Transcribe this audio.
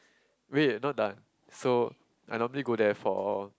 wait not done so I normally go there for